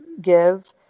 give